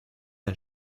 ein